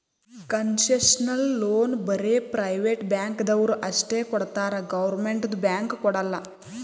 concessional loan ಬರೇ private ಬ್ಯಾಂಕ್ದವ್ರು ಅಷ್ಟೇ ಕೊಡ್ತಾರ್ ಗೌರ್ಮೆಂಟ್ದು ಬ್ಯಾಂಕ್ ಕೊಡಲ್ಲ